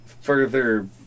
further